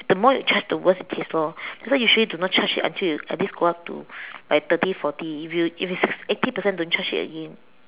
the more you charge to worse case lor that's why usually do not charge it until you at least go up to like thirty forty if you have eighty percent don't charge it again